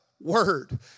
word